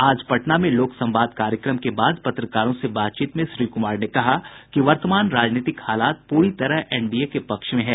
आज पटना में लोक संवाद कार्यक्रम के बाद पत्रकारों से बातचीत में श्री कुमार ने कहा कि वर्तमान राजनीतिक हालात पूरी तरह एनडीए के पक्ष में है